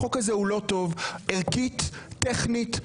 החוק הזה לא טוב ערכית, טכנית.